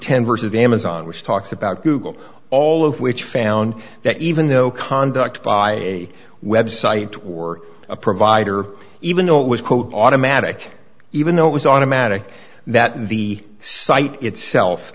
versus amazon which talks about google all of which found that even though conduct by a website or a provider even though it was quote automatic even though it was automatic that the site itself